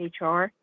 HR